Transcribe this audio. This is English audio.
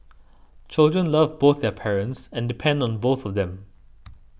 children love both their parents and depend on both of them